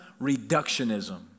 reductionism